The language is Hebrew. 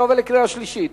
אני עובר לקריאה שלישית.